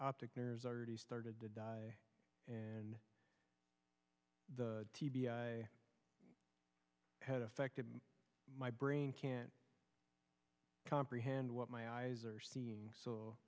optic nerves are already started to die and the t b i had affected my brain can't comprehend what my eyes are seeing so